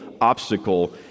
obstacle